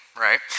right